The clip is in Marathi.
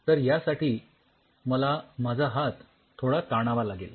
तर यासाठी मला माझा हात थोडा ताणावा लागेल